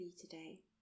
today